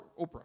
Oprah